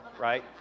right